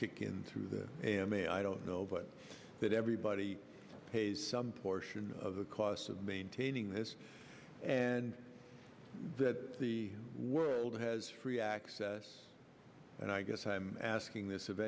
kick in through the a m a i don't know but that everybody pays some portion of the cost of maintaining this and that the world has free access and i guess i'm asking this of